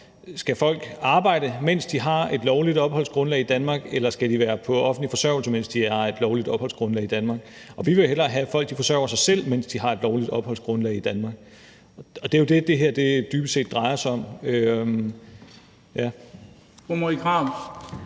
skal arbejde, mens de har et lovligt opholdsgrundlag i Danmark, eller om de skal de være på offentlig forsørgelse, mens de har et lovligt opholdsgrundlag i Danmark. Og vi vil jo hellere have, at folk forsørger sig selv, mens de har et lovligt opholdsgrundlag i Danmark. Og det er jo det, som det her dybest set drejer sig om. Kl.